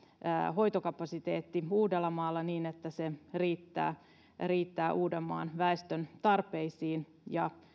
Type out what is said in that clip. hoitokapasiteetti uudellamaalla niin että se riittää riittää uudenmaan väestön tarpeisiin ja